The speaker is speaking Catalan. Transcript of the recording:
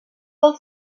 del